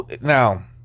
now